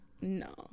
No